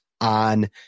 on